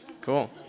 Cool